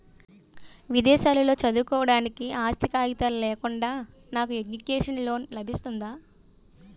విదేశాలలో చదువుకోవడానికి ఆస్తి కాగితాలు లేకుండా నాకు ఎడ్యుకేషన్ లోన్ లబిస్తుందా?